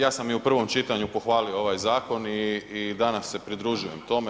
Ja sam i u prvom čitanju pohvalio ovaj zakon i danas se pridružujem tome.